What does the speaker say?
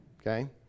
okay